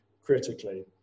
critically